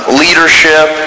leadership